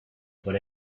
por